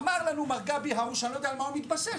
אמר לנו מר גבי הרוש אני לא יודע על מה הוא מתבסס,